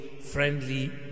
friendly